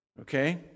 Okay